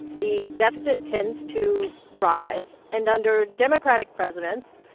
the deficit tends to rise. and under democratic presidents,